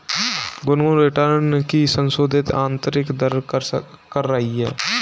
Gungun return की संशोधित आंतरिक दर कर रही है